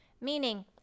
meaning